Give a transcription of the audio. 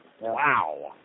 Wow